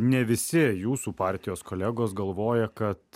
ne visi jūsų partijos kolegos galvoja kad